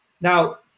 Now